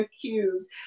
cues